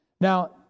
Now